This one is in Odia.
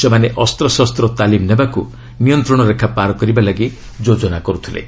ସେମାନେ ଅସ୍ତ୍ରଶସ୍ତ ତାଲିମ୍ ନେବାକୁ ନିୟନ୍ତ୍ରଣ ରେଖା ପାର୍ କରିବା ଲାଗି ଯୋଜନା କର୍ତ୍ତିଲେ